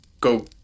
go